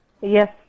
Yes